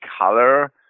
color